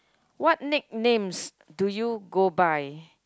what nicknames do you go by